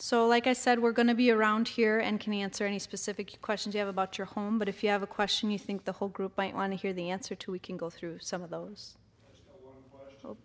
so like i said we're going to be around here and can answer any specific questions you have about your home but if you have a question you think the whole group might want to hear the answer to we can go through some of those